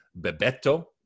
Bebeto